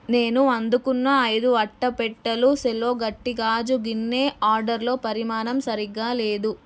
నేను అందుకున్న ఐదు అట్టపెట్టెలు సెలో గట్టి గాజు గిన్నె ఆర్డర్లో పరిమాణం సరిగ్గా లేదు